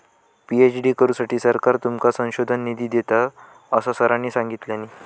PhD करुसाठी सरकार तुमका संशोधन निधी देता, असा सरांनी सांगल्यानी